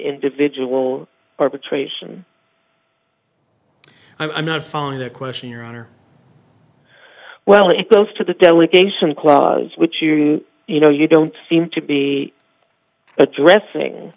individual arbitration i'm not following the question your honor well it goes to the delegation clause which is you know you don't seem to be addressing